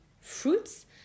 fruits